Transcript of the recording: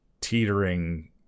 teetering